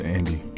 Andy